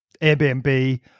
Airbnb